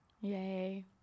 Yay